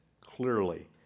clearly